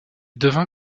devient